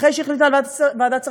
אחרי שהחליטה על ועדת שרים,